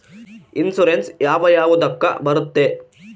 Insurance ಯಾವ ಯಾವುದಕ್ಕ ಬರುತ್ತೆ?